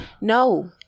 No